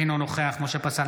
אינו נוכח משה פסל,